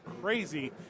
crazy